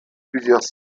plusieurs